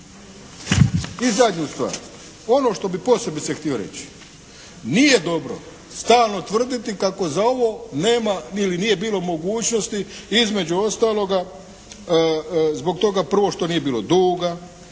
I zadnju stvar. Ono što bih posebice htio reći nije dobro stalno tvrditi kako za ovo nema ili nije bilo mogućnosti između ostaloga zbog toga prvo što nije bilo duga,